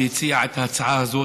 שהציע את ההצעה הזאת.